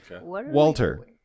Walter